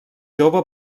jove